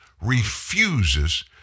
refuses